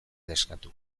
eskatu